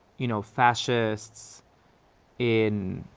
you know fascists in